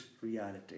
reality